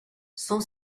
son